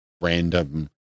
random